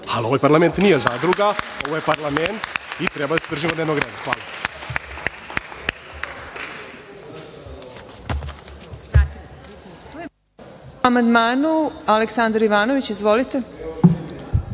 ali ovaj parlament nije „Zadruga“, ovo je parlament i trebali bismo se držimo dnevnog reda. Hvala.